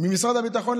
ממשרד הביטחון,